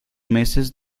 meses